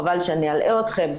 חבל שאני אלאה אתכם,